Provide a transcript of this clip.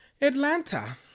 Atlanta